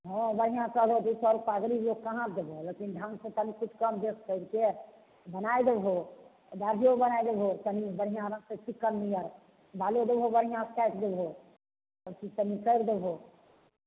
हँ बढ़िआँ से होतय दू सए रूपा गरीब लोग कहाँ देबो लेकिन ढङ्ग से किछु कम बेस करिके बनाए देबहो आ दाढ़ीओ बनाए देबहो तनी बढ़िआँ रहतै चिक्कन नीयरबालो देबहो बढ़िआँ से काटि देबहो सब चीज तनी करि देबहो